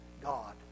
God